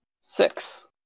Six